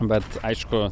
bet aišku